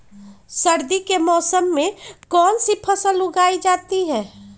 सर्दी के मौसम में कौन सी फसल उगाई जाती है?